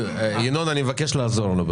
ינון, אני מבקש לעזור לו.